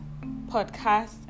podcast